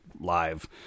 live